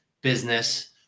business